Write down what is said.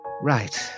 Right